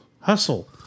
Hustle